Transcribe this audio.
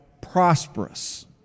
prosperous